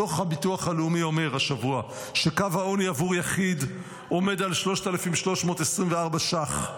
דוח הביטוח הלאומי אומר השבוע שקו העוני עבור יחיד עומד על 3,324 ש"ח,